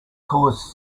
cause